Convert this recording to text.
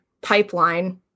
pipeline